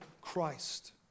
Christ